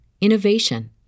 innovation